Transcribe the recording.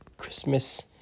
Christmas